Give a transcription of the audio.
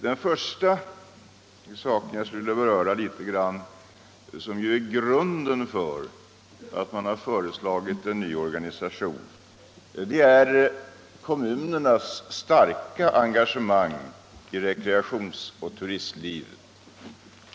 Den första sak jag skall beröra — och den som är grunden till att man har föreslagit en ny organisation — är kommunernas starka engagemang i rekreationsoch turistlivet.